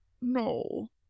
no